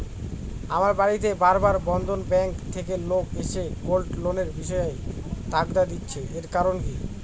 আমার বাড়িতে বার বার বন্ধন ব্যাংক থেকে লোক এসে গোল্ড লোনের বিষয়ে তাগাদা দিচ্ছে এর কারণ কি?